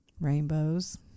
Rainbows